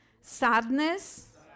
Sadness